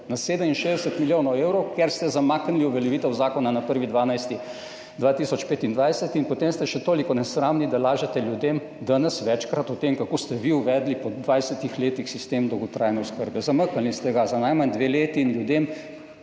Na 67 milijonov evrov, ker ste zamaknili uveljavitev zakona na 1. 12. 2025, in potem ste še toliko nesramni, da lažete ljudem, danes večkrat, o tem, kako ste vi uvedli po 20 letih sistem dolgotrajne oskrbe. Zamaknili ste ga za najmanj dve leti in ljudem